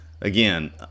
again